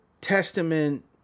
Testament